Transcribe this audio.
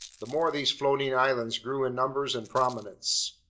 the more these floating islands grew in numbers and prominence.